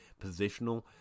positional